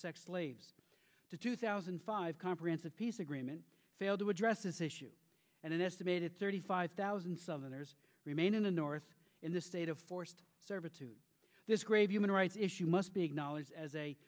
sex slaves to two thousand and five comprehensive peace agreement failed to address this issue and an estimated thirty five thousand southerners remain in the north in the state of forced servitude this grave human rights issue must be acknowledged as a